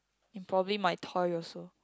and probably my toy also